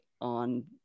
on